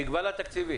מגבלה תקציבית.